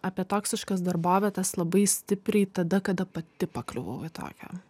apie toksiškas darbovietes labai stipriai tada kada pati pakliuvau į tokią